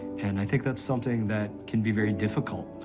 and i think that's something that can be very difficult